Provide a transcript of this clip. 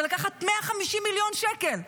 ולקחת 150 מיליון שקל,